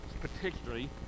particularly